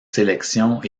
sélections